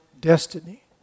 destiny